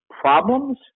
problems